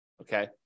Okay